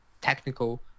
technical